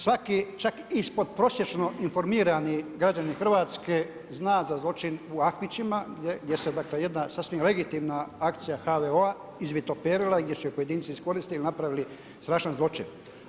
Svaki čak ispodprosječno informirani građanin Hrvatske zna za zločin u Ahmićima gdje se dakle, jedna sasvim legitimna akcija HVO-a izvitoperila i gdje su je pojedinci iskoristili i napravili strašan zločin.